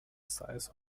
size